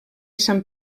sant